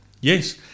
Yes